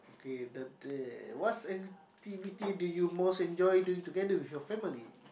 okay the the what activity do you most enjoy doing together with your family